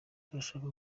turashaka